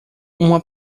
uma